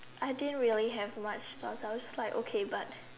I didn't really had much stuff I was like okay but